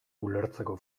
ulertzeko